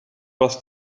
was